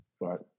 Right